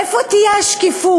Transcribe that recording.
איפה תהיה השקיפות?